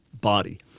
body